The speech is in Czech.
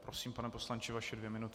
Prosím, pane poslanče, vaše dvě minuty.